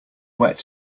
wet